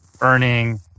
earning